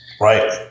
right